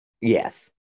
Yes